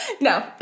No